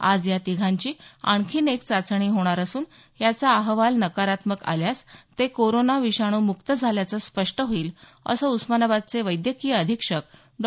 आज या तिघांची आणखी एक चाचणी होणार असून याचा अहवाल नकारात्मक आल्यास ते कोरोना विषाणू मुक्त झाल्याचं स्पष्ट होईल असं उस्मानाबादचे वैद्यकीय अधीक्षक डॉ